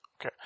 Okay